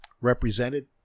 represented